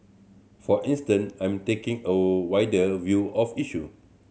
for instance I'm taking a wider view of issue